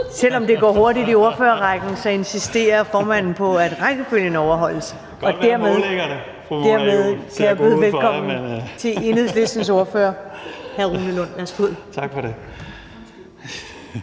Selv om det går hurtigt i ordførerrækken, insisterer formanden på, at rækkefølgen overholdes. Derfor kan jeg byde velkommen til Enhedslistens ordfører, hr. Rune Lund. Værsgo. Kl.